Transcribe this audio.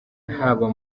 haba